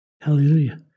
Hallelujah